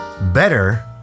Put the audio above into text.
better